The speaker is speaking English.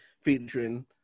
featuring